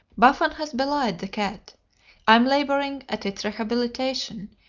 buffon has belied the cat i am laboring at its rehabilitation,